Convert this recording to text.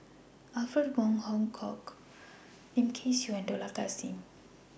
Alfred Wong Hong Kwok Lim Kay Siu and Dollah Kassim